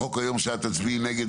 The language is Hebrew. החוק היום שאת תצביעי נגד,